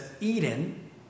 Eden